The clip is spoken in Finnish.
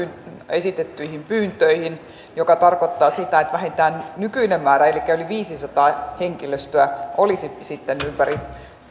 esitettyihin pyyntöihin mikä tarkoittaa sitä että vähintään nykyinen määrä elikkä yli viisisataa henkilöä olisi sitten ympäri